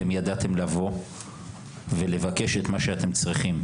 אתם ידעתם לבוא ולבקש את מה שאתם צריכים,